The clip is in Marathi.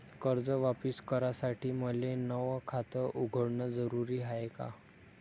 कर्ज वापिस करासाठी मले नव खात उघडन जरुरी हाय का?